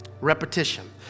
Repetition